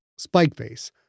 Spikeface